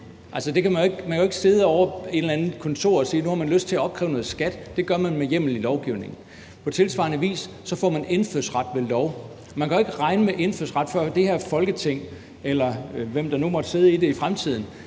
man kan jo ikke sidde ovre på et eller andet kontor og sige, at nu har man lyst til at opkræve noget skat. Det gør man med hjemmel i lovgivningen. På tilsvarende vis får man indfødsret ved lov. Man kan jo ikke regne med indfødsret, før det her Folketing, eller hvem der nu måtte sidde i det i fremtiden,